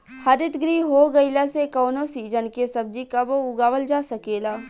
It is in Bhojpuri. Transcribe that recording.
हरितगृह हो गईला से कवनो सीजन के सब्जी कबो उगावल जा सकेला